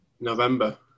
November